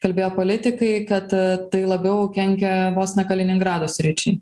kalbėjo politikai kad tai labiau kenkia vos ne kaliningrado sričiai